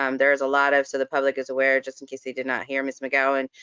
um there is a lot of, so the public is aware, just in case they did not hear miss mcgowan,